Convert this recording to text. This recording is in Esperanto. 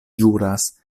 ĵuras